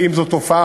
אם זו תופעה